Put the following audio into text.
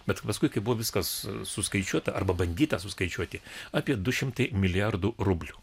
bet paskui kai buvo viskas suskaičiuota arba bandyta suskaičiuoti apie du šimtai milijardų rublių